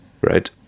right